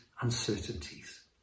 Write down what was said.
uncertainties